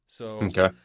Okay